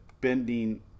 bending